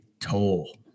Toll